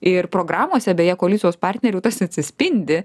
ir programose beje koalicijos partnerių tas atsispindi